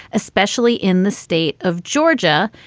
especially in the state of georgia.